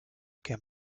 que